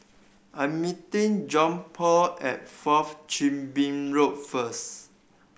I am meeting Johnpaul at Fourth Chin Bee Road first